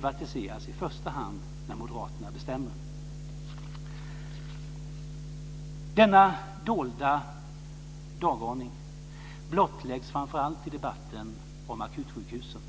första hand privatiseras när moderaterna bestämmer. Denna dolda dagordning blottläggs framför allt i debatten om akutsjukhusen.